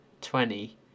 twenty